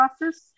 process